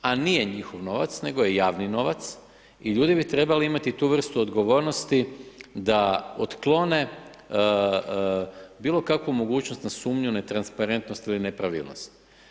A nije njihov novac nego je javni novac i ljudi bi trebali imati tu vrstu odgovornosti da otklone bilo kakvu mogućnost na sumnju, netransparentnost ili nepravilnost.